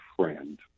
friend